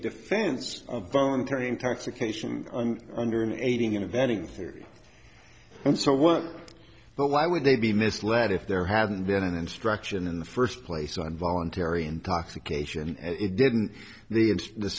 defense of voluntary intoxication under aiding and abetting theory and so what but why would they be misled if there hadn't been an instruction in the first place on voluntary intoxication it didn't the